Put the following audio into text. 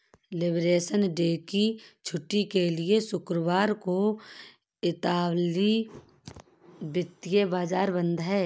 liberation day की छुट्टी के लिए शुक्रवार को इतालवी वित्तीय बाजार बंद हैं